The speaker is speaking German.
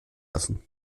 lassen